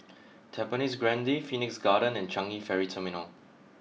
Tampines Grande Phoenix Garden and Changi Ferry Terminal